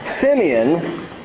Simeon